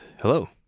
hello